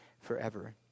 forever